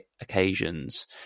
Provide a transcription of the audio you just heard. occasions